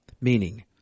Meaning